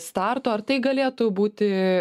starto ar tai galėtų būti